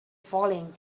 falling